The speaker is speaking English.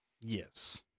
Yes